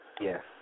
Yes